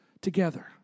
together